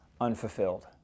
unfulfilled